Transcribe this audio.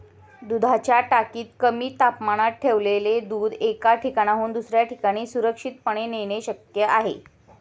दुधाच्या टाकीत कमी तापमानात ठेवलेले दूध एका ठिकाणाहून दुसऱ्या ठिकाणी सुरक्षितपणे नेणे शक्य आहे